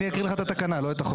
אני אקריא לך את התקנה ולא את החוק.